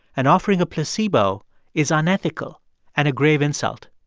and offering a placebo is unethical and a grave insult.